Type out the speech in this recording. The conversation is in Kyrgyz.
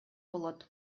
болот